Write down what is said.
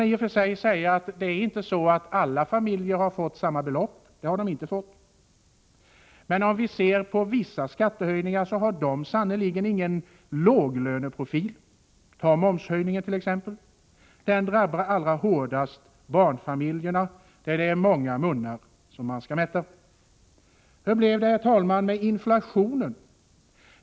I och för sig kan man säga att inte alla familjer har fått betala samma belopp. Så är det inte. Men vissa skattehöjningar har sannerligen ingen låglöneprofil. Ta t.ex. momshöjningen, som drabbade hårdast barnfamiljerna med många munnar att mätta. Hur blir det, herr talman, med inflationen?